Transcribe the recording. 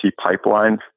pipeline